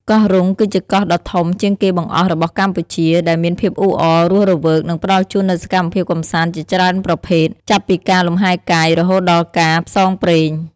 កោះរ៉ុង គឺជាកោះដ៏ធំជាងគេបង្អស់របស់កម្ពុជា ដែលមានភាពអ៊ូអរ រស់រវើក និងផ្តល់ជូននូវសកម្មភាពកម្សាន្តជាច្រើនប្រភេទ ចាប់ពីការលំហែរកាយ រហូតដល់ការផ្សងព្រេង។